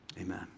Amen